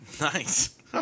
Nice